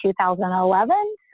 2011